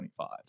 25